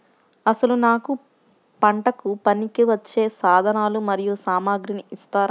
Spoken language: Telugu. అసలు నాకు పంటకు పనికివచ్చే సాధనాలు మరియు సామగ్రిని ఇస్తారా?